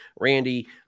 Randy